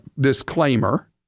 disclaimer